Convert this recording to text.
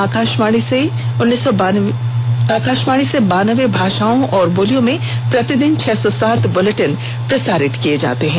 आज आकाशवाणी से बानबे भाषाओं और बोलियों में प्रतिदिन छह सौ सात बुलेटिन प्रसारित किये जाते हैं